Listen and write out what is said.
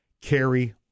Carry